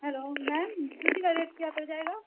hello ma'am جوتی کا rate کیا پڑ جائے گا